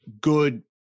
good